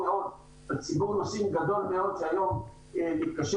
לציבור נוסעים גדול מאוד שהיום מתקשה